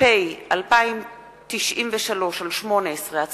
פ/2093/18 וכלה בהצעת חוק פ/2137/18,